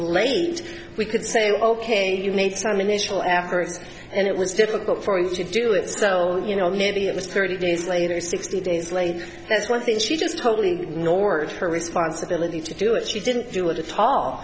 late we could say ok you made some initial efforts and it was difficult for you to do it so you know maybe it was thirty days later sixty days late that's one thing she just totally ignored her responsibility to do it she didn't do it at all